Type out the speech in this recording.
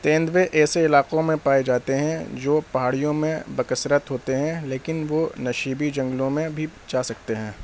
تیندوے ایسے علاقوں میں پائے جاتے ہیں جو پہاڑیوں میں بکثرت ہوتے ہیں لیکن وہ نشیبی جنگلوں میں بھی جا سکتے ہیں